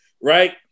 right